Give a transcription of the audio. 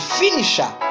finisher